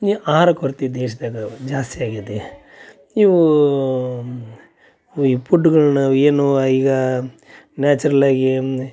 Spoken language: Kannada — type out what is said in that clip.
ನಿ ಆಹಾರ ಕೊರತೆ ದೇಶದಾಗ ಜಾಸ್ತಿ ಆಗಿದೆ ಇವೂ ಪುಡ್ಗಳು ನಾವೇನು ಆ ಈಗ ನ್ಯಾಚುರಲ್ ಆಗೀ